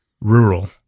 rural